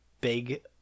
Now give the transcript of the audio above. big